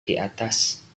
diatas